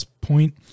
point